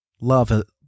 love